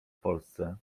polsce